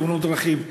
בתאונות דרכים: